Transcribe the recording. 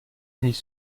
denis